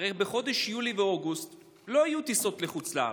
הרי בחודש יולי ואוגוסט לא יהיו טיסות לחוץ-לארץ,